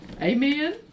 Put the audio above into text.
Amen